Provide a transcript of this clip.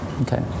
Okay